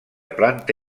planta